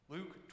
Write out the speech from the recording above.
Luke